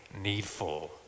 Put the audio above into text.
needful